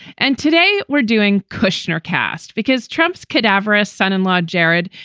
and today we're doing kushner cast because trump's cadaverous son in law, jared,